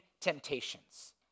temptations